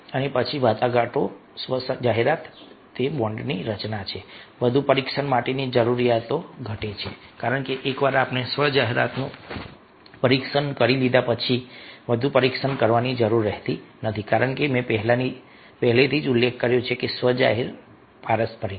અને પછી વાટાઘાટો સ્વ જાહેરાત તે બોન્ડની રચના છે વધુ પરીક્ષણ માટેની જરૂરિયાતો ઘટે છે કારણ કે એકવાર આપણે સ્વ જાહેરાતનું પરીક્ષણ કરી લીધું પછી હવે વધુ પરીક્ષણની જરૂર નથી કારણ કે મેં પહેલેથી જ ઉલ્લેખ કર્યો છે કે સ્વ જાહેર પારસ્પરિક છે